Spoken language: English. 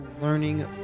learning